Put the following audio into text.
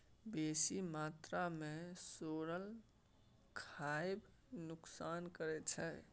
बेसी मात्रा मे सोरल खाएब नोकसान करै छै